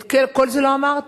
את כל זה לא אמרת.